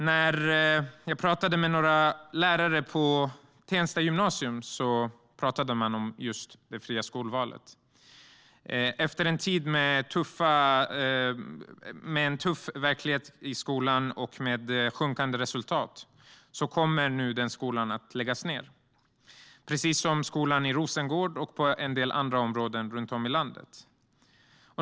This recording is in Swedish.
När jag träffade några lärare på Tensta gymnasium talade man just om det fria skolvalet. Efter en tid med en tuff verklighet i skolan och sjunkande resultat kommer den skolan nu att läggas ned, precis som skolan i Rosengård och skolor i en del andra områden runt om i landet.